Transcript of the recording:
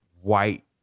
white